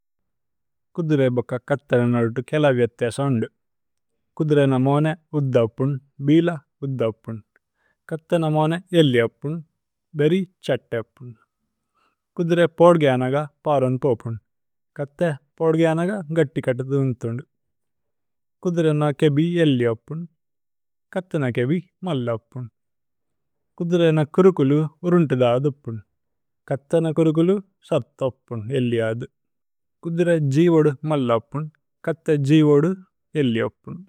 കുദുരേ ബക്ക കഥേന നലുതു കേല വ്ജത്ഥേസ ഉന്ദു। കുദുരേ ന മോനേ ഉദ്ദവ്പുന് ബില ഉദ്ദവ്പുന് കഥേന। മോനേ ഏല്ലിഅവ്പുന് ബേരി ഛത്തവ്പുന് കുദുരേ പോദ്ഗേ। അനഗ പരന് പോപുന് കഥേ പോദ്ഗേ അനഗ ഗത്തി। കത്ത തുന്ഥുന്ദു കുദുരേ ന കേബി ഏല്ലിഅവ്പുന്। കഥേന കേബി മല്ലവ്പുന് കുദുരേ ന കുരുകുലു। ഉരുന്തിദാദുപുന് കഥേന കുരുകുലു സത്തവ്പുന് ഏല്ലിആദു। കുദുരേ ജിവോദു മല്ലവ്പുന് കഥേ ജിവോദു ഏല്ലിഅവ്പുന്।